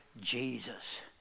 Jesus